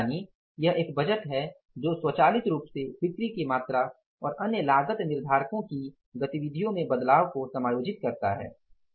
यानि यह एक बजट है जो स्वचालित रूप से बिक्री की मात्रा और अन्य लागत निर्धारको की गतिविधियों में बदलाव को समायोजित करता है